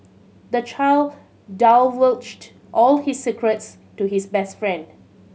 the child divulged all his secrets to his best friend